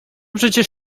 przecież